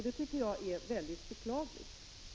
Det tycker jag är mycket beklagligt.